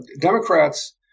Democrats